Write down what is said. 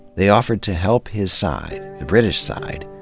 they offered to help his side, the british side,